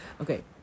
Okay